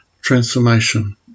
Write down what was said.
Transformation